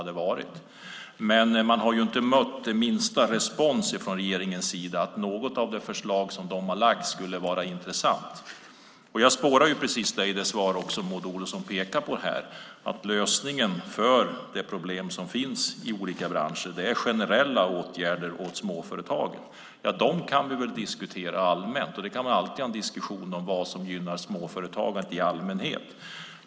De har dock inte fått minsta respons från regeringens sida om att något av de förslag som de lagt fram skulle vara intressant. Jag spårar precis detta också i Maud Olofssons svar här: Lösningen på de problem som finns i olika branscher är generella åtgärder för småföretagen. Visst, vi kan alltid ha en diskussion om vad som gynnar småföretagandet i allmänhet.